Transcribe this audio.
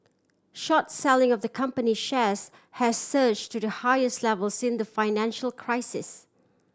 short selling of the company shares has surge to the highest level sin the financial crisis